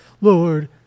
Lord